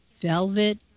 velvet